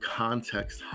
context